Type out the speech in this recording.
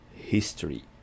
history